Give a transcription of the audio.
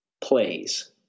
plays